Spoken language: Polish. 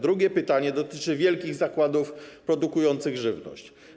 Drugie pytanie dotyczy wielkich zakładów produkujących żywność.